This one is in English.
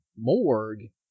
morgue